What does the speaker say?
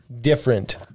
different